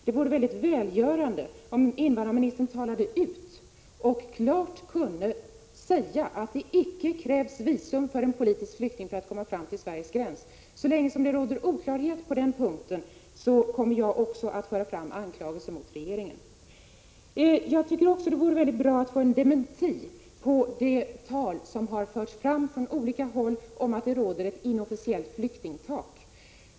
Det vore mycket välgörande om invandrarministern talade ut och klart kunde säga att det icke krävs visum för en politisk flykting för att komma fram till Sveriges gräns. Så länge det råder oklarhet på den punkten kommer jag också att föra fram anklagelser mot regeringen. Jag tycker också att det vore mycket bra att få en dementi på talet om att det råder ett inofficiellt flyktingtak, vilket har hörts från olika håll.